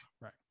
Right